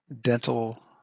Dental